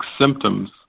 symptoms